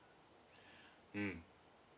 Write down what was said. mm